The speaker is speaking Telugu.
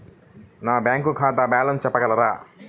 నా బ్యాంక్ ఖాతా బ్యాలెన్స్ చెప్పగలరా?